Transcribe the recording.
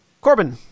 Corbin